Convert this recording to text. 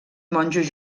monjos